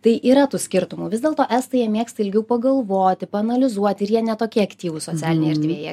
tai yra tų skirtumų vis dėlto estai jie mėgsta ilgiau pagalvoti paanalizuoti ir jie ne tokie aktyvūs socialinėj erdvėje